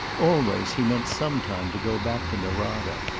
always he meant some time to go back to norada,